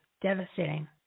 devastating